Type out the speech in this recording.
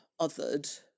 othered